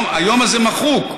היום הזה מחוק.